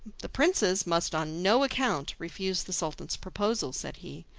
the princes must on no account refuse the sultan's proposal, said he,